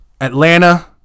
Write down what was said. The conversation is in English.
Atlanta